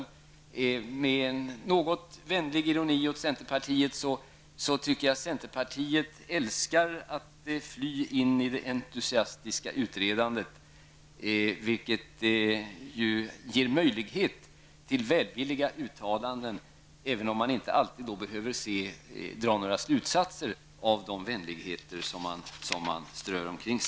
Något ironiskt, men vänligt, vill jag framhålla att jag tycker att ni i centerpartiet verkar älska att fly in i ett entusiastiskt utredande, vilket ger möjlighet till välvilliga uttalanden. Men för den skull behöver man inte dra några slutsatser av de vänligheter som strös omkring.